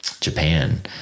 Japan